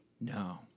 No